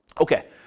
Okay